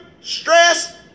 stress